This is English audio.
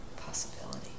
possibility